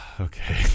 Okay